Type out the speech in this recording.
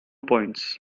points